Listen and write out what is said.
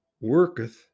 Worketh